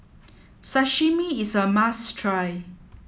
sashimi is a must try